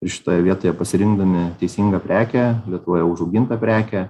šitoje vietoje pasirinkdami teisingą prekę lietuvoje užaugintą prekę